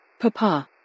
Papa